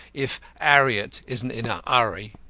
if arriet isn't in a urry.